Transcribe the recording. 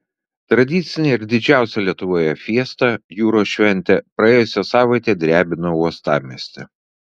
tradicinė ir didžiausia lietuvoje fiesta jūros šventė praėjusią savaitę drebino uostamiestį